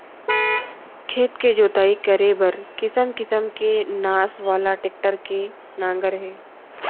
खेत के जोतई करे बर किसम किसम के नास वाला टेक्टर के नांगर हे